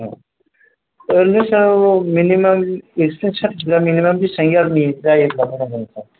औ ओरैनो सार मिनिमाम एक्सपिरियेन्स सार्टिफिकेटआ मिनिमाम बेसेबां इयारनि जायोबा मोजां जागोन सार